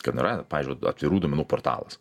kad yra pavyzdžiui vat atvirų duomenų portalas